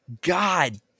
God